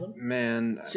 Man